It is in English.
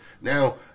now